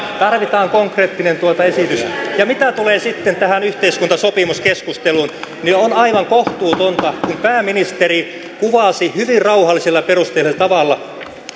tarvitaan konkreettinen esitys mitä tulee sitten tähän yhteiskuntasopimuskeskusteluun niin on aivan kohtuutonta että kun pääministeri kuvasi hyvin rauhallisella ja perusteellisella tavalla